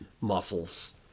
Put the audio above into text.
Muscles